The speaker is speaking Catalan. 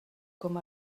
com